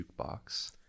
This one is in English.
jukebox